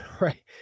right